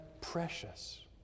precious